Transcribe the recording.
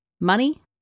money